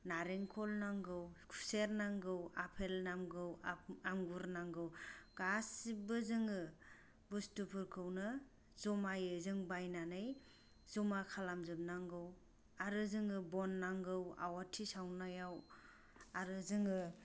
नारेंखल नांगौ खुसेर नांगौ आफेल नांगौ आंगुर नांगौ गासिबो जोङो बुस्थुफोरखौनो जमायै जों बायनानै जमा खालाम जोबनांगौ आरो जोङो बन नांगौ आवाथि सावनायाव आरो जोङो